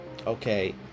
Okay